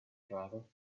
driver